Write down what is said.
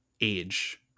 age